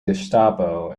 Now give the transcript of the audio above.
gestapo